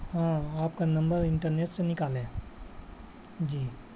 ہاں آپ کا نمبر انٹرنیٹ سے نکالا ہے جی